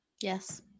yes